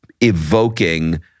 evoking